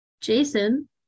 jason